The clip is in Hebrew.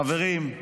חברים,